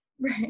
right